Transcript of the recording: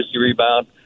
rebound